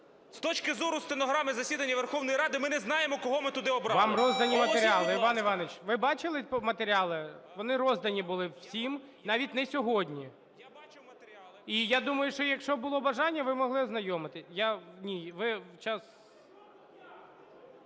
З точки зору стенограми засідання Верховної Ради ми не знаємо, кого ми туди обрали. ГОЛОВУЮЧИЙ. Вам роздані матеріали. Іван Іванович, ви бачили матеріали? Вони роздані були всім навіть не сьогодні. І я думаю, що якщо було бажання, ви могли ознайомитися.